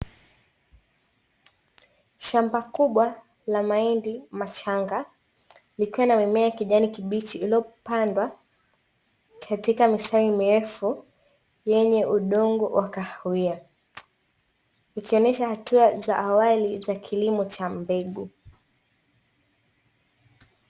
Shamba kubwa la mahindi machanga. Likiwa na mimea ya kijani kibichi iliyopandwa katika mistari mirefu yenye udongo wa kahawia. Ikionesha hatua za awali za kilimo cha mbegu.